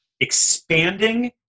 expanding